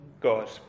God